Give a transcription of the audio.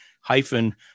hyphen